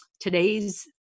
today's